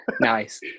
nice